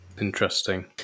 interesting